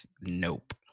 nope